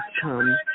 come